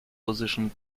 position